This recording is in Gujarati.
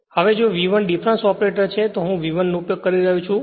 હવે જો V1 ડિફરન્સ ઓપરેટર છે તો હું V1 નો ઉપયોગ કરી રહ્યો છું